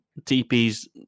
TP's